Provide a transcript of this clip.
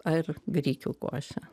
ar grikių košę